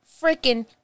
freaking